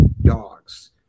dogs